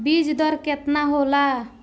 बीज दर केतना होला?